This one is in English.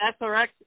SRX